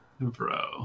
Bro